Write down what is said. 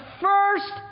first